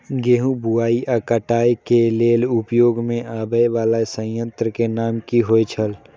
गेहूं बुआई आ काटय केय लेल उपयोग में आबेय वाला संयंत्र के नाम की होय छल?